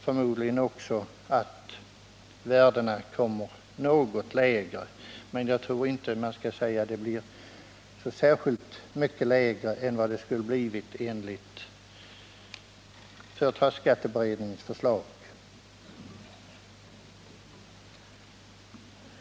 Förmodligen kommer värdena också att ligga något lägre, men jag tror inte att det blir särskilt mycket lägre än enligt företagsskatteberedningens förslag.